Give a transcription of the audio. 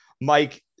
Mike